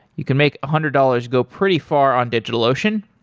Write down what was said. you can make a hundred dollars go pretty far on digitalocean.